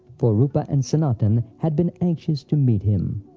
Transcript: for rupa and sanatan had been anxious to meet him.